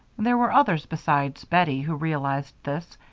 there were others besides bettie who realized this,